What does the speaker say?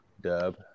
dub